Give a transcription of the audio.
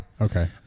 Okay